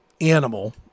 animal